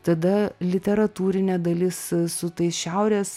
tada literatūrinė dalis su tais šiaurės